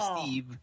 Steve